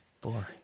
Boring